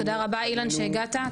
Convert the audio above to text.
תודה רבה אילן שהגעת,